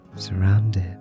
Surrounded